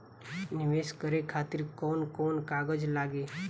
नीवेश करे खातिर कवन कवन कागज लागि?